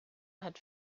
hat